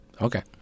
Okay